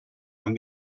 han